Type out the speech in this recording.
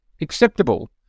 acceptable